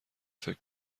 فکر